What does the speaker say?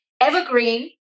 Evergreen